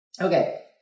okay